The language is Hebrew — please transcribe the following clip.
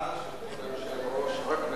ההצעה של כבוד היושב-ראש רק מבורכת.